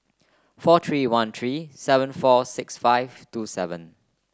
four three one three seven four six five two seven